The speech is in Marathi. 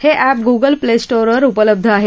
हे एप गुगल प्ले स्टोरवर उपलब्ध आहे